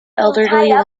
elderly